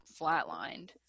flatlined